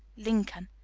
lincoln.